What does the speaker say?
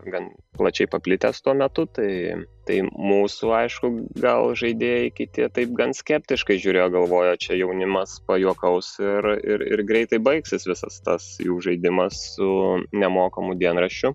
gan plačiai paplitęs tuo metu tai tai mūsų aišku gal žaidėjai kiti taip gan skeptiškai žiūrėjo galvojo čia jaunimas pajuokaus ir ir ir greitai baigsis visas tas jų žaidimas su nemokamu dienraščiu